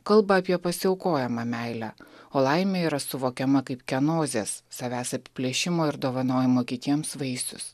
kalba apie pasiaukojamą meilę o laimė yra suvokiama kaip kenozės savęs apiplėšimo ir dovanojimo kitiems vaisius